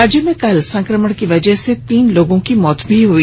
राज्य में कल संकमण की वजह से तीन लोगों की मौत भी हो गई